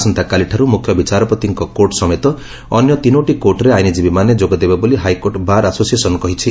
ଆସନ୍ତାକାଲିଠାରୁ ମୁଖ୍ୟ ବିଚାରପତିଙ୍କ କୋର୍ଟ୍ ସମେତ ଅନ୍ୟ ତିନୋଟି କୋର୍ଟ୍ରେ ଆଇନଜୀବୀମାନେ ଯୋଗଦେବେ ବୋଲି ହାଇକୋର୍ଟ୍ ବାର୍ ଆସୋସିଏସନ୍ କହିଛି